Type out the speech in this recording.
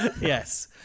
Yes